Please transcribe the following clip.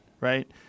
Right